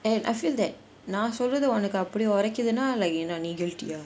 and I feel that நான் சொல்றது அப்பிடி உரைக்கிது நான் என்ன என்ன:naan solrathu appidi uraikithu naan enna enna guilty